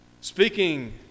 speaking